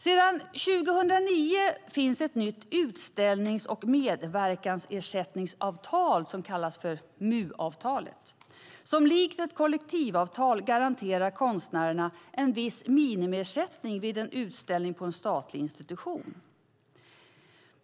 Sedan 2009 finns ett nytt utställnings och medverkansersättningsavtal, MU-avtalet, som likt ett kollektivavtal garanterar konstnären en viss minimiersättning vid en utställning på en statlig institution.